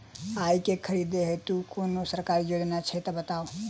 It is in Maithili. आइ केँ खरीदै हेतु कोनो सरकारी योजना छै तऽ बताउ?